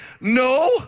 no